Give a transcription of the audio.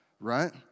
right